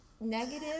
negative